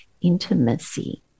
intimacy